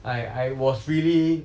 like I was really